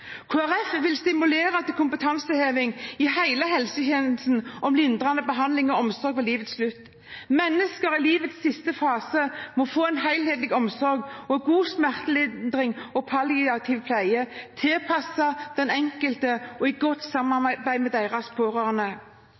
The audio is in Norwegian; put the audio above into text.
Folkeparti vil stimulere til kompetanseheving i hele helsetjenesten om lindrende behandling og omsorg ved livets slutt. Mennesker i livets siste fase må få en helhetlig omsorg, god smertelindring og palliativ pleie tilpasset den enkelte, i godt samarbeid med deres pårørende.